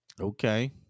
Okay